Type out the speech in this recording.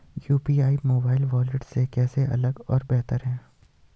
UPI mobile wallet से कैसे अलग और बेहतर है?